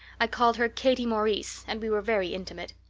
i called her katie maurice, and we were very intimate.